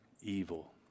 evil